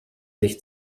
sich